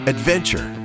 Adventure